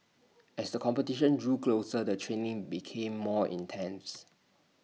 as the competition drew closer the training became more intense